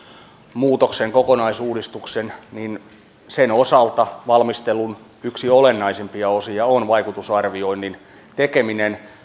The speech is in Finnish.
muutoksen kokonaisuudistuksen niin sen osalta valmistelun yksi olennaisimpia osia on vaikutusarvioinnin tekeminen